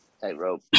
Tightrope